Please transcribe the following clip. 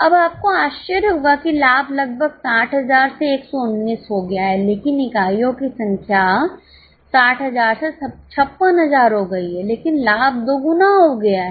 अब आपको आश्चर्य होगा कि लाभ लगभग 60000 से 119 हो गया है लेकिन इकाइयों की संख्या 60000 से 56000 हो गई है लेकिन लाभ दोगुना हो गया है